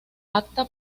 apta